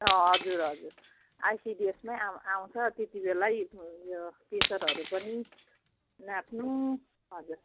हजुर हजुर आइसिडिएसमै आउँ आउँछ त्यति बेलै उयो प्रेसरहरू पनि नाप्नु हजुर